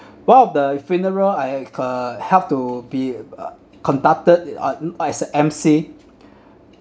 one of the funeral I uh have to be uh conducted I'm uh as a M_C